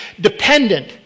dependent